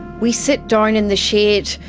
we sit down in the shade,